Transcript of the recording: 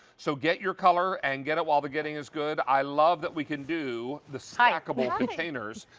so get your color and get it while the getting is good. i love that we can do the stackable containers.